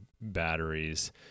batteries